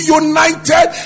united